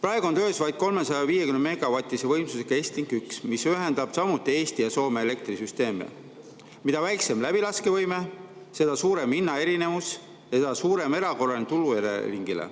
Praegu on töös vaid 350‑megavatise võimsusega Estlink 1, mis ühendab samuti Eesti ja Soome elektrisüsteeme. Mida väiksem läbilaskevõime, seda suurem hinnaerinevus ja seda suurem erakorraline tulu Eleringile.